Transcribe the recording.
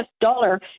dollar